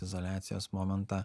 izoliacijos momentą